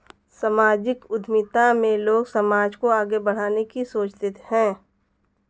सामाजिक उद्यमिता में लोग समाज को आगे बढ़ाने की सोचते हैं